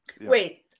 Wait